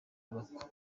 yubakwa